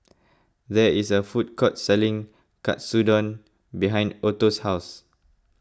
there is a food court selling Katsudon behind Otto's house